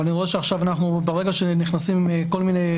אבל אני רואה שברגע שנכנסים לכל מיני